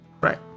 Right